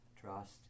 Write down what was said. trust